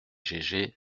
gégé